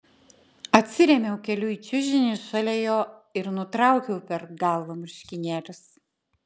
atsirėmiau keliu į čiužinį šalia jo ir nutraukiau per galvą marškinėlius